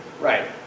Right